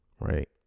right